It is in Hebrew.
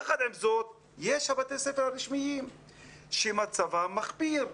יחד עם זאת, יש בתי ספר רשמיים שמצבם מחפיר.